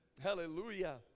hallelujah